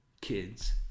kids